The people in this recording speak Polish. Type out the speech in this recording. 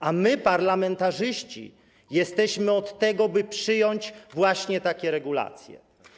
A my, parlamentarzyści, jesteśmy od tego, by przyjąć właśnie takie regulacje.